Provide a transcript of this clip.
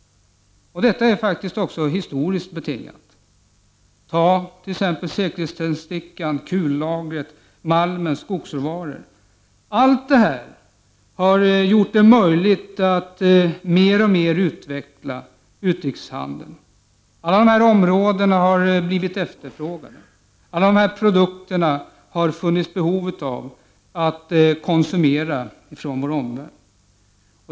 Detta är faktiskt också historiskt betingat. Tänk på exempelvis säkerhetständstickan, kullagret, malmen och skogsråvaran. Allt detta har gjort det möjligt att mer och mer utveckla utrikeshandeln. Alla dessa produkter har blivit efterfrågade. Omvärlden har haft behov av att konsumera dessa varor.